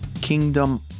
kingdom